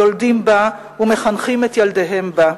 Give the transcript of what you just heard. יולדים בה ומחנכים את ילדיהם בה,